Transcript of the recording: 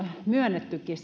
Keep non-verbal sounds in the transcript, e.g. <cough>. myönnettykin <unintelligible>